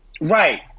right